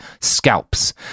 Scalps